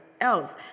else